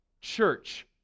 church